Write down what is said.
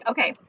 Okay